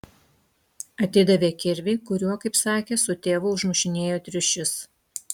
atidavė kirvį kuriuo kaip sakė su tėvu užmušinėjo triušius